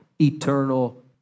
eternal